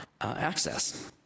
access